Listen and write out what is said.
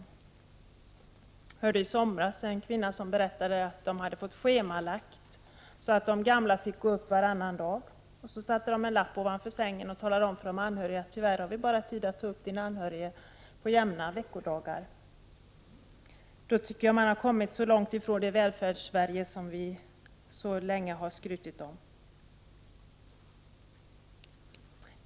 I somras berättade en kvinna att de hade fått upprätta ett schema som innebar att de gamla fick gå upp ur sängen bara varannan dag. Personalen satte upp en lapp ovanför sängen där man meddelade de anhöriga att man hade tid att ta upp den gamle ur sängen på jämna veckodagar. Då tycker jag att vi har kommit för långt från det Välfärdssverige som vi så länge har skrutit om.